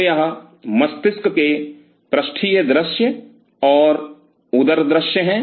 तो यह मस्तिष्क के पृष्ठीय दृश्य और उदर दृश्य हैं